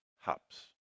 hops